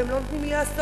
והם לא נותנים לי לעשות,